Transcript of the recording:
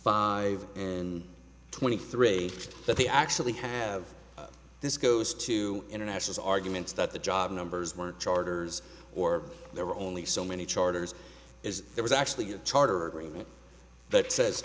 five and twenty three that they actually have this goes to international arguments that the job numbers were charters or there were only so many charters is there was actually a charter agreement that